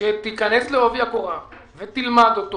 שתיכנס לעובי הקורה ותלמד את העניין.